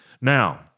Now